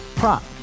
Prop